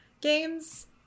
games